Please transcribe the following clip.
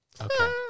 Okay